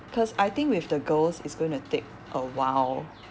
cause I think with the girls it's going to take a while